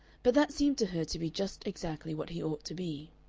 but that seemed to her to be just exactly what he ought to be.